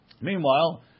Meanwhile